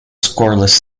scoreless